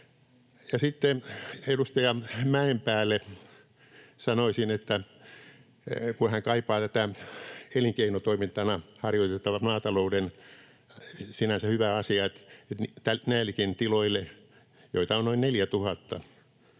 Sitten edustaja Mäenpäälle sanoisin, kun hän kaipaa tätä elinkeinotoimintana harjoitettavan maatalouden sinänsä hyvää asiaa, että näillekin tiloille, joita on noin 4 000